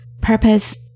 purpose